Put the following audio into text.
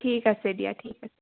ঠিক আছে দিয়া ঠিক আছে